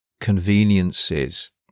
conveniences